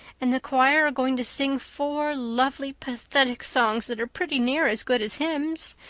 and the choir are going to sing four lovely pathetic songs that are pretty near as good as hymns.